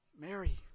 Mary